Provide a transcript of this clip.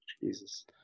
Jesus